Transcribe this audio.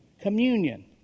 communion